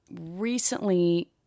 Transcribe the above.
recently